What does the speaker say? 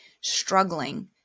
struggling